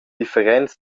differents